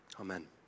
Amen